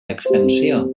extensió